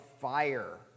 fire